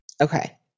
okay